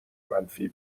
منفی